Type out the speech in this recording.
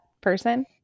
person